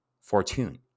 fortune